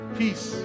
peace